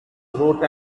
wrote